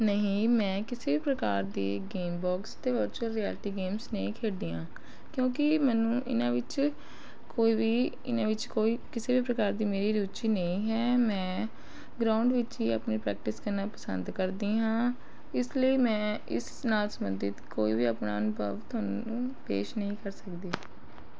ਨਹੀਂ ਮੈਂ ਕਿਸੇ ਪ੍ਰਕਾਰ ਦੀ ਗੇਮ ਬੋਕਸ ਅਤੇ ਵਰਚੁਅਲ ਰਿਐਲਟੀ ਗੇਮਸ ਨਹੀਂ ਖੇਡਦੀ ਹਾਂ ਕਿਉਂਕਿ ਮੈਨੂੰ ਇਹਨਾਂ ਵਿੱਚ ਕੋਈ ਵੀ ਇਹਨਾਂ ਵਿੱਚ ਕੋਈ ਕਿਸੇ ਵੀ ਪ੍ਰਕਾਰ ਦੀ ਮੇਰੀ ਰੁਚੀ ਨਹੀਂ ਹੈ ਮੈਂ ਗਰਾਊਂਡ ਵਿੱਚ ਹੀ ਆਪਣੀ ਪ੍ਰੈਕਟਿਸ ਕਰਨਾ ਪਸੰਦ ਕਰਦੀ ਹਾਂ ਇਸ ਲਈ ਮੈਂ ਇਸ ਨਾਲ ਸੰਬੰਧਿਤ ਕੋਈ ਵੀ ਆਪਣਾ ਅਨੁਭਵ ਤੁਹਾਨੂੰ ਪੇਸ਼ ਨਹੀਂ ਕਰ ਸਕਦੀ